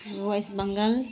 West Bengal